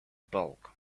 bulk